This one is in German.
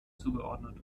zugeordnet